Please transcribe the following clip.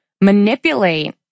manipulate